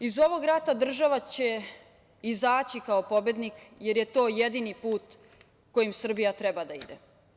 Iz ovog rata država će izaći kao pobednik jer je to jedini put kojim Srbija treba da ide.